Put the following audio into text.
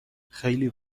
خیلی